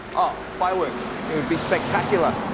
oh, fireworks. it would be spectacular.